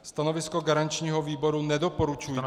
Stanovisko garančního výboru nedoporučující.